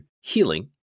healing